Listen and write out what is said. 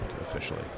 officially